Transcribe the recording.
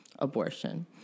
abortion